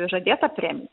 žadėtą premiją